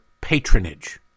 patronage